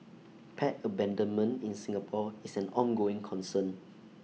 pet abandonment in Singapore is an ongoing concern